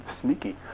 sneaky